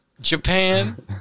Japan